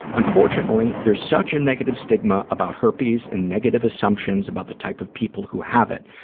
unfortunately, there's such a negative stigma about herpes and negative assumptions about the type of people who have it.